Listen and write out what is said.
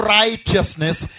righteousness